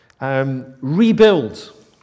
rebuild